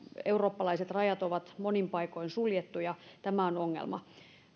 eurooppalaiset rajat ovat monin paikoin suljettuja tämä on ongelma